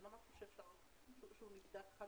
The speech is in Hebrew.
זה לא משהו שנבדק חד-פעמית.